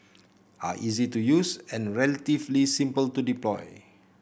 are easy to use and relatively simple to deploy